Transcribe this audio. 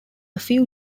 few